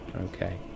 okay